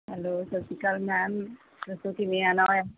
hello ਸਤਿ ਸ਼੍ਰੀ ਅਕਾਲ ਮੈਮ ਦੱਸੋ ਕਿਵੇਂ ਆਉਣਾ ਹੋਇਆ